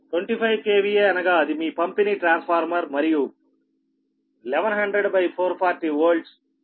25 KVA అనగా అది మీ పంపిణీ ట్రాన్స్ఫార్మర్ మరియు 1100 440 Volts 50 hz